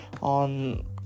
on